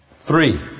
Three